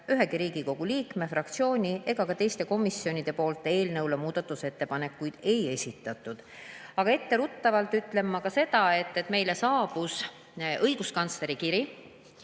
ükski Riigikogu liige, fraktsioon ega ka teine komisjon eelnõu kohta muudatusettepanekuid ei esitatud. Aga etteruttavalt ütlen ma seda, et meile saabus õiguskantsleri kiri.